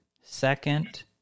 second